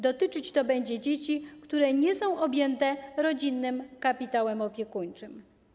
Dotyczyć to będzie dzieci, które nie są objęte rodzinnym kapitałem opiekuńczym.